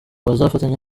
bazafatanya